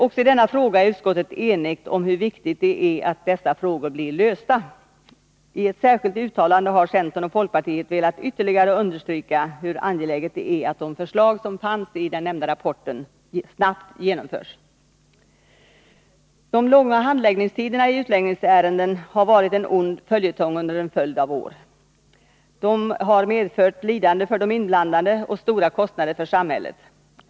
Också i denna fråga är utskottet enigt om hur viktigt det är att komma till enlösning. I ett särskilt uttalande har centern och folkpartiet velat ytterligare understryka hur angeläget det är att de förslag som fanns i rapporten snabbt genomförs. De långa handläggningstiderna i utlänningsärenden har varit en ond följetong under en följd av år. De medför lidande för de inblandade och stora kostnader för samhället.